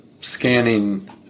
scanning